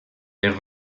per